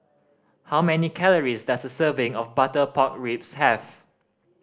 how many calories does a serving of butter pork ribs have